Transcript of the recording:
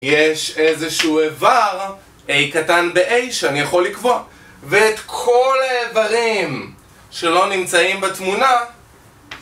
יש איזשהו איבר, a קטן ב-a שאני יכול לקבוע ואת כל האיברים שלא נמצאים בתמונה